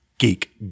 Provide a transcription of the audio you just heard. geek